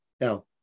now